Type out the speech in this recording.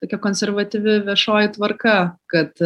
tokia konservatyvi viešoji tvarka kad